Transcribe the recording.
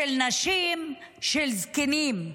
של נשים, של זקנים.